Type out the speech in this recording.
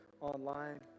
online